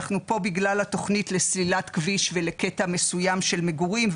אנחנו פה בגלל התכנית לסלילת כביש ולקטע מסוים של מגורים.